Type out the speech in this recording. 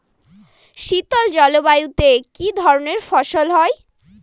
শীতল জলবায়ুতে কি ধরনের ফসল হয়?